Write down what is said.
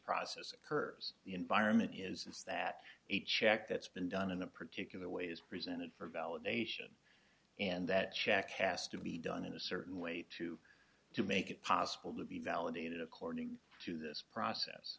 process occurs the environment is this that a check that's been done in a particular way is presented for validation and that check has to be done in a certain way to to make it possible to be validated according to this process